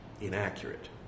inaccurate